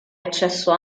accesso